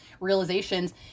realizations